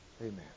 Amen